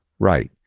right.